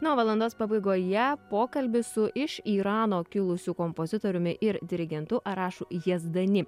na o valandos pabaigoje pokalbis su iš irano kilusiu kompozitoriumi ir dirigentu arašu jazdani